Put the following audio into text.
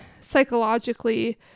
psychologically